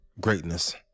greatness